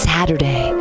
Saturday